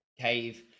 cave